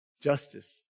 justice